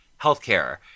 healthcare